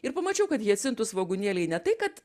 ir pamačiau kad hiacintų svogūnėliai ne tai kad